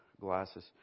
glasses